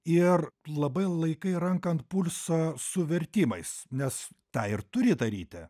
ir labai laikai ranką ant pulso su vertimais nes tą ir turi daryti